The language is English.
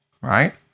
right